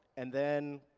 and then